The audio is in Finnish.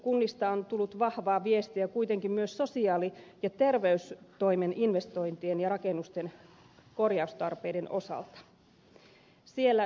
kunnista on tullut vahvaa viestiä kuitenkin myös sosiaali ja terveystoimen investointien ja rakennusten korjaustarpeiden osalta